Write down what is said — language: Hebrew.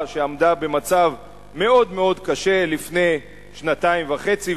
שעמדה במצב מאוד מאוד קשה לפני שנתיים וחצי,